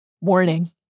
Warning